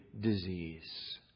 disease